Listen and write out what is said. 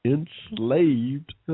Enslaved